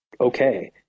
okay